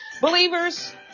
Believers